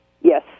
Yes